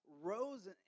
rose